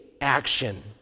action